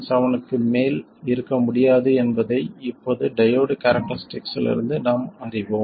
7 V க்கு மேல் இருக்க முடியாது என்பதை இப்போது டையோடு கேரக்டரிஸ்ட்டிக்லிருந்து நாம் அறிவோம்